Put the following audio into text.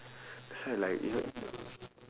that's why like you know